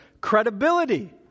credibility